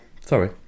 Sorry